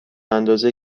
اندازه